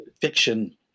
fiction